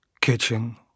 Kitchen